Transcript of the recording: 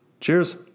Cheers